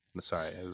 Sorry